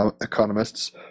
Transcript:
economists